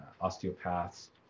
osteopaths